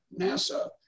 NASA